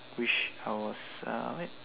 wish I was uh like